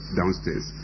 downstairs